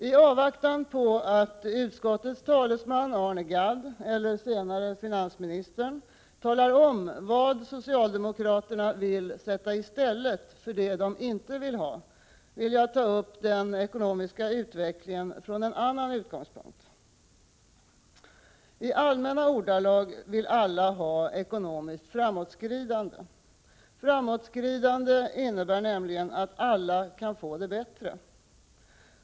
I avvaktan på att utskottets talesman Arne Gadd eller senare finansministern talar om vad socialdemokraterna vill sätta i stället för det de inte vill ha, vill jag ta upp den ekonomiska utvecklingen från en annan utgångspunkt. I allmänna ordalag vill alla ha ekonomiskt framåtskridande. Framåtskridande innebär nämligen att alla kan få det bättre.